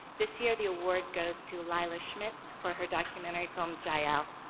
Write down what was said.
this year the award goes to lila schmitz for her documentary film yeah ah jaiel.